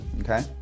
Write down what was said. Okay